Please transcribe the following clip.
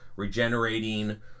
regenerating